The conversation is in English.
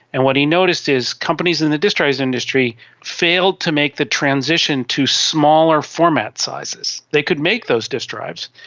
and what he noticed is companies in the disk drive industry failed to make the transition to smaller format sizes. they could make those disk drives,